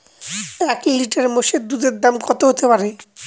এক লিটার মোষের দুধের দাম কত হতেপারে?